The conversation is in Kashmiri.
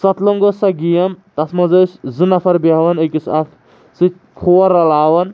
سَتہٕ لوٚنٛگ ٲس سۄ گیم تَتھ منٛز ٲسی زٕ نَفَر بیٚہوان أکِس اَکھ سۭتۍ کھور رَلاوان